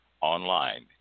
online